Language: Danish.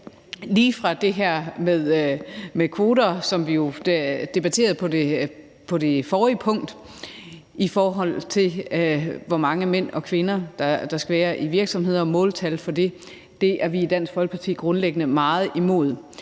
lige fra det her med kvoter, som vi jo debatterede på forrige punkt, i forhold til hvor mange mænd og kvinder der skal være i virksomheder, måltal for det, og det er vi i Dansk Folkeparti grundlæggende meget imod.